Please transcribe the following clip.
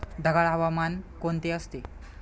ढगाळ हवामान कोणते असते?